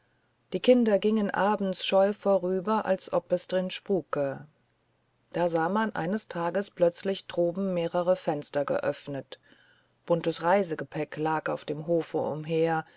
die kinder gingen abends scheu vorüber als ob es drin spuke da sah man eines tages plötzlich droben mehrere fenster geöffnet buntes reisegepäck lag auf dem hofe umher